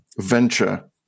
venture